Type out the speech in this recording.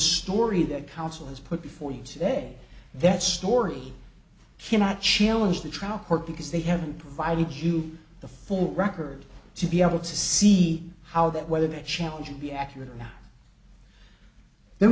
story that council has put before you today that story cannot challenge the trial court because they haven't provided you the full record to be able to see how that whether that challenge will be accurate